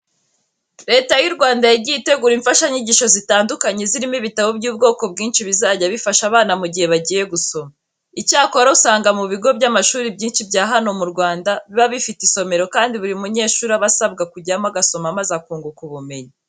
Leta y'u Rwanda yagiye itegura imfashanyigisho zitandukanye zirimo ibitabo by'ubwoko bwinshi bizajya bifasha abana mu gihe bagiye gusoma. Icyakora usanga mu bigo by'amashuri byinshi bya hano mu Rwanda, biba bifite isomero kandi buri munyeshuri aba asabwa kujyamo agasoma maze akunguka ubumenyi.